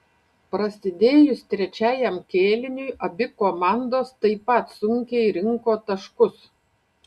prasidėjus trečiajam kėliniui abi komandos taip pat sunkiai rinko taškus